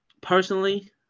Personally